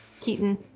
Keaton